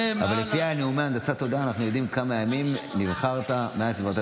אבל לפי נאומי הנדסת תודעה אנחנו יודעים לפני כמה ימים נבחרת לכנסת.